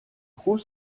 trouve